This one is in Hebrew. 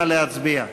נא להצביע.